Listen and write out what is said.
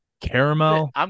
Caramel